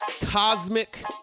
Cosmic